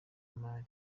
imari